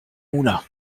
moulin